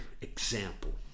example